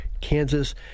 Kansas